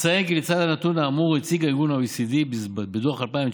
אציין כי לצד הנתון האמור הציג ה-OECD בדוח 2019